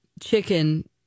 chicken